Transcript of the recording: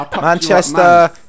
Manchester